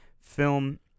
film